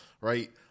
right